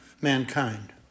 mankind